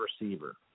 receiver